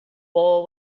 bowl